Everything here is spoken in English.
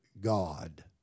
God